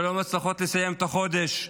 שלא מצליחות לסיים את החודש,